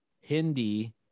Hindi